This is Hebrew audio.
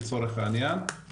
לצורך העניין.